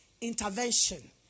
intervention